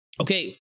okay